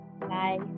Bye